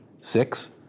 six